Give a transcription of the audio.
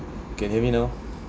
can hear me now